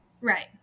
Right